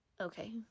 okay